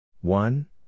one